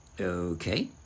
okay